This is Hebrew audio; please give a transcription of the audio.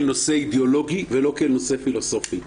נושא אידיאולוגי ולא כאל נושא פילוסופי.